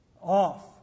off